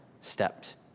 stepped